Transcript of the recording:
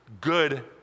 good